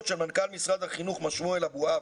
של מנכ"ל משרד החינוך מר שמואל אבואב